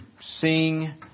sing